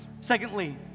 Secondly